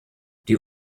die